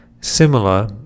similar